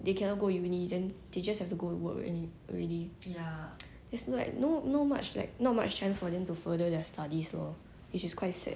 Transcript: they cannot go uni then they just have to go work any～ already there's like no no much like not much chance for them to further their studies lor which is quite sad